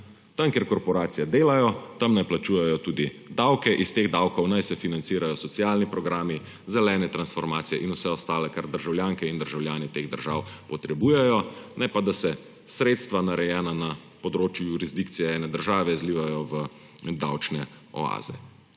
Tam, kjer korporacije delajo, tam naj plačujejo tudi davke, iz teh davkov naj se financirajo socialni programi, zelene transformacije in vse ostalo, kar državljanke in državljani teh držav potrebujejo, ne pa da se sredstva, narejena na področju jurisdikcije ene države, zlivajo v davčne oaze.